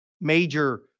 major